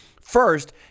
first